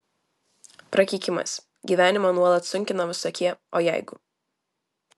prakeikimas gyvenimą nuolat sunkina visokie o jeigu